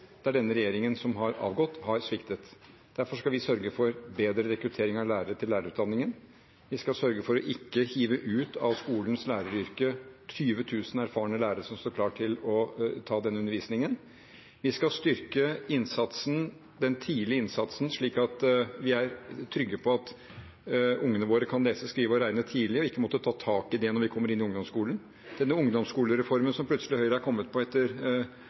regjeringen som har gått av, har sviktet. Derfor skal vi sørge for bedre rekruttering av lærere til lærerutdanningen. Vi skal sørge for å ikke hive ut av skolens læreryrker 20 000 erfarne lærere som står klar til å ta denne undervisningen. Vi skal styrke den tidlige innsatsen, slik at vi er trygge på at ungene våre kan lese, skrive og regne tidlig, ikke måtte ta tak i det når de kommer på ungdomsskolen. Denne ungdomsskolereformen som plutselig Høyre har kommet på etter